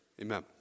amen